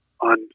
on